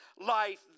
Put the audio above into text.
life